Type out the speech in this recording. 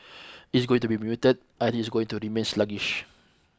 it is going to be muted I think it is going to remain sluggish